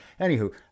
Anywho